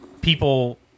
people